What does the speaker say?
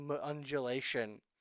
undulation